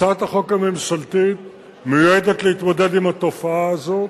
הצעת החוק הממשלתית מיועדת להתמודד עם התופעה הזאת.